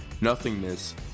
nothingness